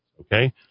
Okay